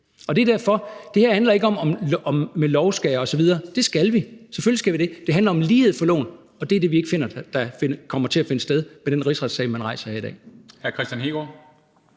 om det der med, at med lov skal land bygges osv., for det skal man – selvfølgelig skal man det. Det handler om lighed for loven, og det er det, som vi ikke finder kommer til at finde sted med den rigsretssag, man rejser her i dag.